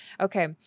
Okay